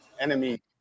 enemy